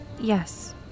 Yes